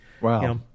Wow